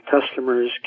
customers